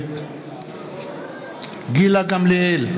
נגד גילה גמליאל,